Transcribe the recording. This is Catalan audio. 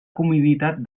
comunitat